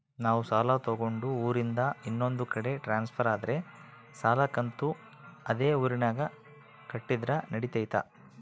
ನಾವು ಸಾಲ ತಗೊಂಡು ಊರಿಂದ ಇನ್ನೊಂದು ಕಡೆ ಟ್ರಾನ್ಸ್ಫರ್ ಆದರೆ ಸಾಲ ಕಂತು ಅದೇ ಊರಿನಾಗ ಕಟ್ಟಿದ್ರ ನಡಿತೈತಿ?